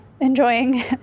enjoying